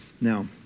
Now